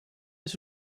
this